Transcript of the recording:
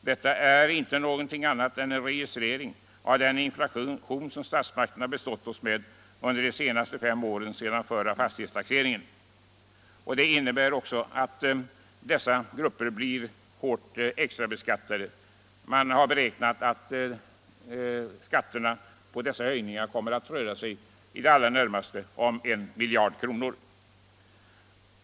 Detta är inte någonting annat än en registrering av den inflation som statsmakterna bestått oss med under de fem åren sedan förra fastighetstaxeringen. Det innebär också att dessa grupper blir hårt extrabeskattade. Man har beräknat att skatterna på dessa höjningar i det allra närmaste kommer att röra sig om 1 miljard kronor.